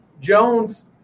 Jones